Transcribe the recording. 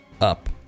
up